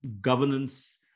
governance